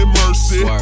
mercy